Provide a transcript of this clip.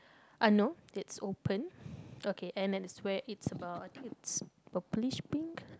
uh no it's open okay and then it's where it's about I think it's purplish pink